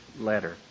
letter